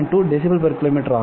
2dB km ஆகும்